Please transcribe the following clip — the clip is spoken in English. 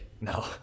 No